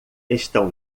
estão